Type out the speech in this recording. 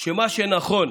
שמה שנכון